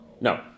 no